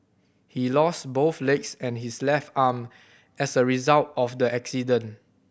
he lost both legs and his left arm as a result of the accident